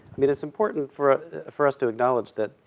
mean, it's important for for us to acknowledge that,